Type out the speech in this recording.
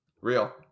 Real